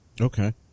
Okay